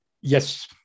Yes